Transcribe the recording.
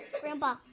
Grandpa